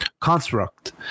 construct